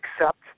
accept